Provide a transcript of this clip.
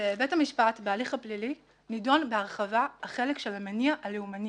בבית המשפט בהליך הפלילי נידון בהרחבה החלק של המניע הלאומני.